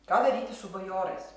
ką daryti su bajorais